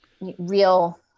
real